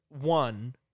one